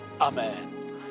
Amen